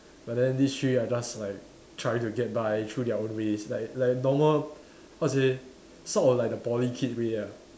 but then these three are just like try to get by through their own ways like like normal how to say sort of like the Poly kid way ya